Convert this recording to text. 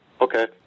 Okay